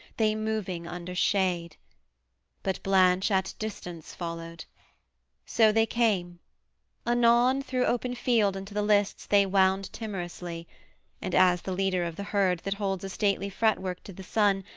they moving under shade but blanche at distance followed so they came anon through open field into the lists they wound timorously and as the leader of the herd that holds a stately fretwork to the sun,